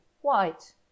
white